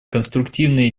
конструктивные